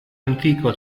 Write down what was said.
antico